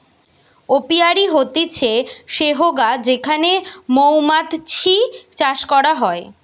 apiary হতিছে সেহগা যেখানে মৌমাতছি চাষ করা হয়